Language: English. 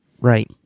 right